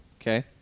Okay